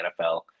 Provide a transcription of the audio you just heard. nfl